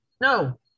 no